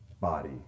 body